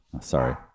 Sorry